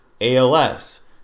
ALS